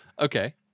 Okay